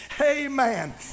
Amen